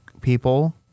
people